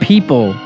People